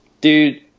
dude